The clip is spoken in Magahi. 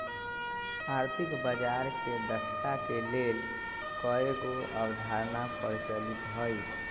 आर्थिक बजार के दक्षता के लेल कयगो अवधारणा प्रचलित हइ